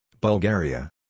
Bulgaria